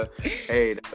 Hey